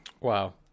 Wow